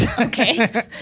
Okay